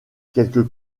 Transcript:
quelques